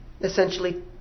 essentially